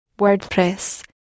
WordPress